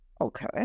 Okay